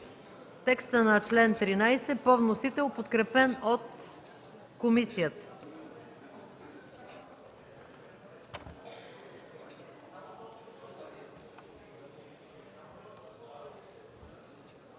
текста на чл. 13 по вносител, подкрепен от комисията.